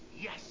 Yes